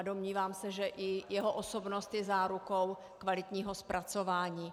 Domnívám se, že i jeho osobnost je zárukou kvalitního zpracování.